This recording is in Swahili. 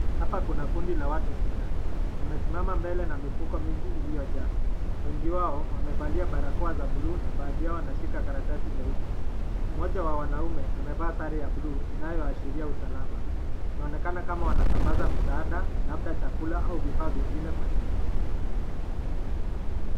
Hapa kuna kundi la watu sita. Wamesimama mbele na mifuko mingi iliyojaa. Wengi wao wamevalia barakoa za bluu na baadhi yao wanashika karatasi nyeupe. Mmoja wa wanaume amevaa sare ya bluu inayoashiria usalama. Inaonekana kama wanasambaza msaada labda chakula au vifaa vingine kwa jamii.